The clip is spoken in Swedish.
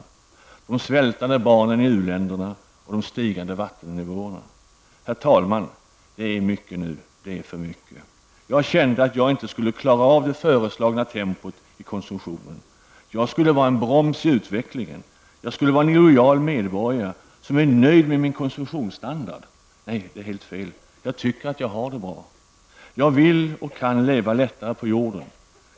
Jag såg de svältande barnen i u-länderna och de stigande vattennivåerna Herr talman! Det är mycket nu -- ja, det är för mycket! Jag kände att jag inte skulle klara av det föreslagna tempot i konsumtionen. Jag skulle vara en broms i utvecklingen. Jag skulle vara en illojal medborgare, som var nöjd med min konsumtionsstandard. Nej, det är helt fel. Jag tycker att jag har det materiellt bra. Jag vill och kan leva lättare på jorden.